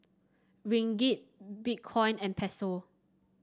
Ringgit Bitcoin and Peso